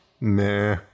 meh